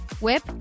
whip